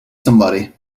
somebody